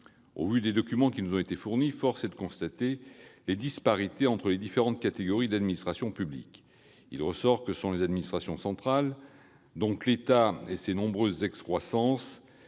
Vu les documents qui nous ont été fournis, force est de constater les disparités entre les différentes catégories d'administrations publiques. Il en ressort que ce sont les administrations centrales, donc l'État et ses nombreuses excroissances,